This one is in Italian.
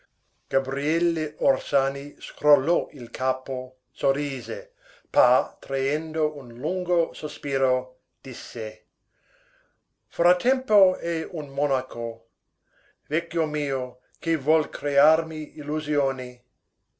gabriele orsani scrollò il capo sorrise poi traendo un lungo sospiro disse fra tempo è un monaco vecchio mio che vuol crearmi illusioni